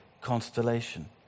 constellation